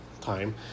time